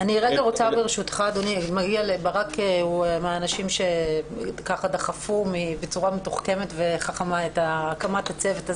ברק לייזר הוא מהאנשים שדחפו בצורה מתוחכמת וחכמה להקמת הצוות הזה.